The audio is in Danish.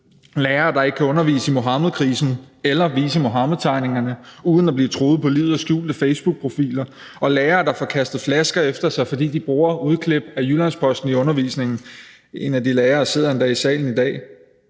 lærere, der ikke kan undervise i Muhammedkrisen eller vise Muhammedtegningerne uden at blive truet på livet af skjulte facebookprofiler; og lærere, der får kastet flasker efter sig, fordi de bruger udklip af Jyllands-Posten i undervisningen. En af de lærere sidder endda i salen i dag